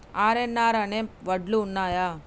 RNR అనే వడ్లు ఉన్నయా?